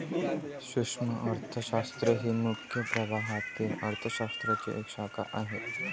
सूक्ष्म अर्थशास्त्र ही मुख्य प्रवाहातील अर्थ शास्त्राची एक शाखा आहे